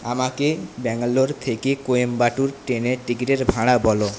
আমাকে ব্যাঙ্গালোর থেকে কোয়েম্বাটুর ট্রেনের টিকিটের ভাড়া বলো